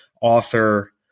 author